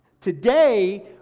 Today